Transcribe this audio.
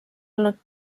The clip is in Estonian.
olnud